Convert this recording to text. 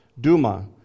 Duma